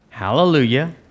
Hallelujah